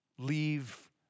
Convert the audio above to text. Leave